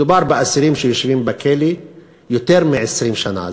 מדובר באסירים שיושבים בכלא יותר מ-20 שנה.